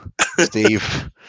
Steve